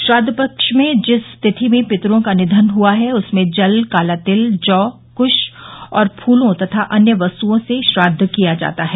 श्राद्व पक्ष में जिस तिथि में पितरों का निधन हुआ है उसमें जल काला तिल जौ कुश और फूलों तथा अन्य वस्तुओं से श्राद्व किया जाता है